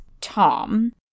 Tom